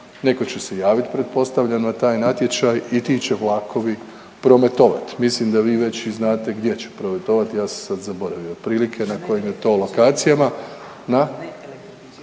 neko će se javit pretpostavljam na taj natječaj i ti će vlakovi prometovati. Mislim da vi već i znate gdje će prometovati, ja sam sad zaboravio otprilike na kojim je to lokacijama